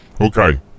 Okay